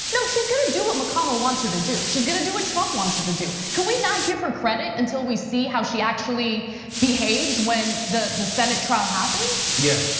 no, she's gonna do what mcconnell wants her to do. she's gonna do what trump wants her to do. can we not give her credit until we see how she actually behaves when the the senate trial happens? yeah,